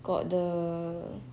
got the